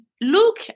look